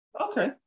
Okay